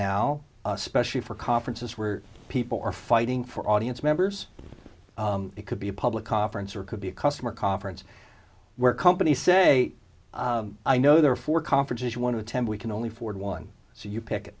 now especially for conferences where people are fighting for audience members it could be a public conference or could be a customer conference where companies say i know there are four conferences you want to attend we can only afford one so you pick